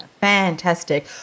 Fantastic